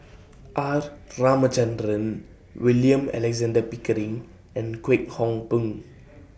R Ramachandran William Alexander Pickering and Kwek Hong Png